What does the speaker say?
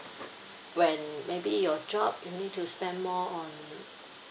when maybe your job you need to spend more on